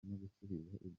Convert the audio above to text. gusubiza